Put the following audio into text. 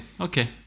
okay